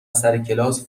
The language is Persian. سرکلاس